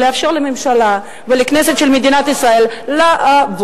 ולאפשר לממשלה ולכנסת של מדינת ישראל לעבוד.